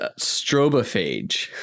strobophage